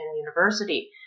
university